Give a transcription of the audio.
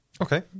Okay